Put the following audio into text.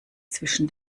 zwischen